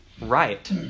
right